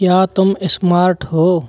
क्या तुम इस्मार्ट हो